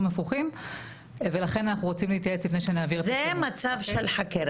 במשפחה וזה ממשיך במוסדות החינוך וזה ממשיך בקהילה